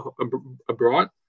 abroad